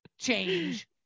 change